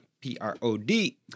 P-R-O-D